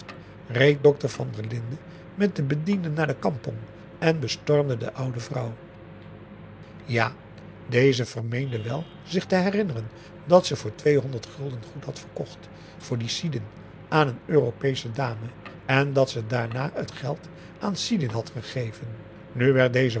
reed dokter van der linden met den bediende naar de kampong en bestormde de oude vrouw ja deze vermeende wel zich te herinneren dat ze voor tweehonderd gulden goed had verkocht voor dien sidin aan een europeesche dame en dat ze daarna t geld aan sidin had gegeven nu werd deze